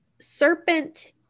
serpent